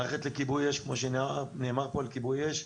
מערכת לכיבוי אש,